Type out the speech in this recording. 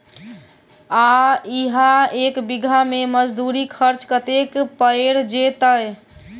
आ इहा एक बीघा मे मजदूरी खर्च कतेक पएर जेतय?